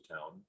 town